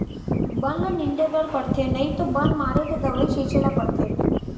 बन ल निंदे बर परथे नइ तो बन मारे के दवई छिंचे ल परथे